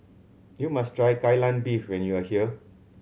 you must try Kai Lan Beef when you are here